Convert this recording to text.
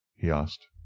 he asked.